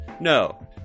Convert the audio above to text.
no